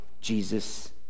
Jesus